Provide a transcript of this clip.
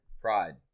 Pride